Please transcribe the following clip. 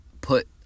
put